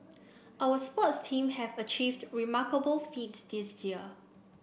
our sports teams have achieved remarkable feats this year